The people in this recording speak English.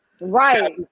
Right